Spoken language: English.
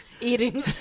Eating